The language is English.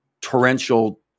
torrential